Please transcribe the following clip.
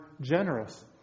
generous